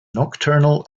nocturnal